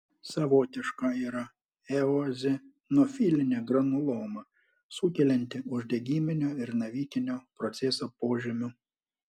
savotiška yra eozinofilinė granuloma sukelianti uždegiminio ir navikinio proceso požymių